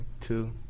two